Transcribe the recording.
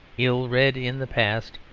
ill-read in the past,